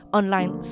online